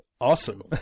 Awesome